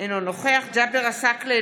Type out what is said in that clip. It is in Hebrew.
אינו נוכח ג'אבר עסאקלה,